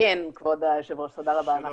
תודה רבה.